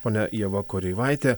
ponia ieva koreivaitė